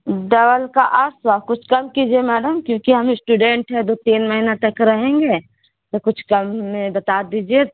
double کا آٹھ سو کچھ کم کیجیے میڈم کیونکہ ہم اسٹوڈینٹ ہے دو تین مہینہ تک رہیں گے تو کچھ کم ہمیں بتا دیجیے